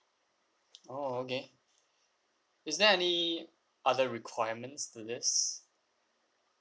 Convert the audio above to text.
oh okay is there any other requirements to this